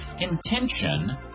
intention